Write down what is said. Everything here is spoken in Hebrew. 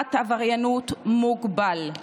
למניעת עבריינות מוגבל.